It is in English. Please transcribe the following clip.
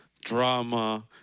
drama